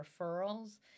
referrals